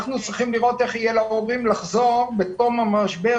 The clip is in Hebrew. אנחנו צריכים לראות איך יהיה להורים לחזור בתום המשבר,